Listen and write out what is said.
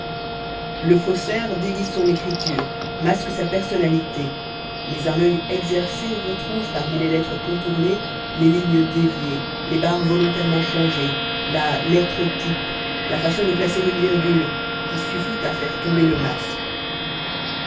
le faussaire déguise son écriture masque sa personnalité mais un oeil exercé retrouve parmi les lettres contournées les lignes déviées les barres volontairement changées la lettre type la façon de placer une virgule qui suffit à faire tomber le masque